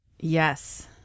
Yes